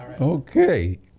Okay